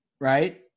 right